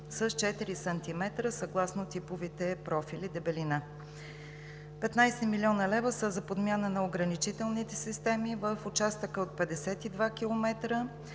с 4 см съгласно типовете профили дебелина. Петнадесет милиона лева са за подмяна на ограничителните системи в участъка от 52 км